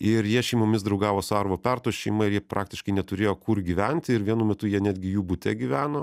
ir jie šeimomis draugavo su arvo perto šeima ir jie praktiškai neturėjo kur gyventi ir vienu metu jie netgi jų bute gyveno